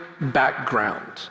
background